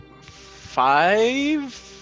five